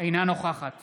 נוכחת